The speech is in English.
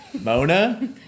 Mona